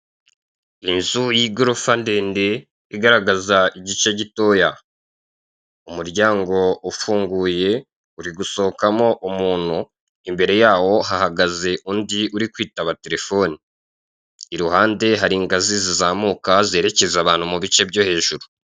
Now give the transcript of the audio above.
Inzu y'igorofa ndede igaragaza igice gitoya. Umuryango ufunguye uri gusohokamo umuntu imbere yaho hahagaze undi uri kwitaba terefone iruhande hari ingazi zizamuka zerekeza abantu mu bice byo hejuru.